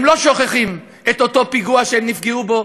הם לא שוכחים את אותו פיגוע שהם נפגעו בו,